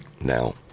Now